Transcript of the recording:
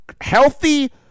healthy